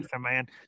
man